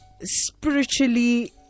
spiritually